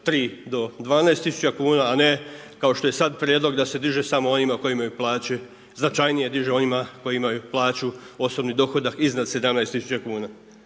3 do 12 tisuća kuna a ne kao što je sad prijedlog da se diže samo onima koji imaju plaće, značajnije diže onima koji imaju plaću, osobni dohodak iznad 17 tisuća kuna.